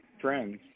friends